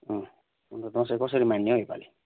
अँ अन्त दसैँ कसरी मान्ने हौ योपालि